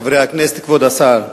חברי הכנסת, כבוד השר,